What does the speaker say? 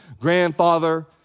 grandfather